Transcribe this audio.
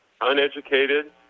uneducated